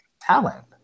talent